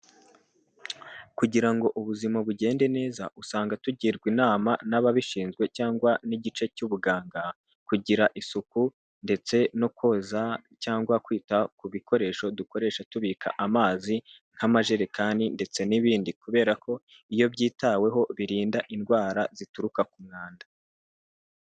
Kugira ngo ubuzima bugende neza, usanga tugirwa inama n'ababishinzwe, cyangwa n'igice cy'ubuganga, kugira isuku, ndetse no koza cyangwa kwita ku bikoresho dukoresha tubika amazi nk'amajerekani, ndetse n'ibindi, kubera ko iyo byitaweho birinda indwara zituruka ku mwanda.